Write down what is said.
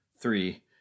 three